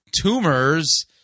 tumors